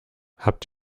habt